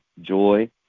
joy